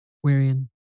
wherein